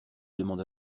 demande